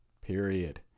period